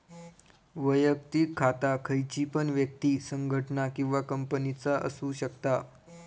वैयक्तिक खाता खयची पण व्यक्ति, संगठना किंवा कंपनीचा असु शकता